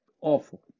Awful